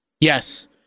Yes